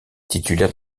titulaire